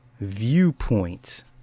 viewpoint